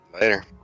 Later